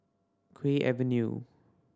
Kew Avenue